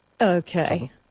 okay